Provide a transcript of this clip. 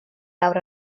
lawr